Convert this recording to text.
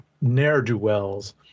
ne'er-do-wells